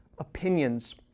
opinions